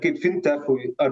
kaip fintechui ar